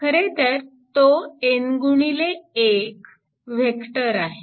खरेतर तो n गुणिले 1 वेक्टर आहे